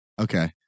Okay